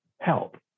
help